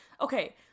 okay